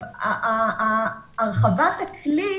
הרחבת הכלי,